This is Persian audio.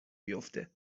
بیافته